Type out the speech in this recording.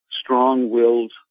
strong-willed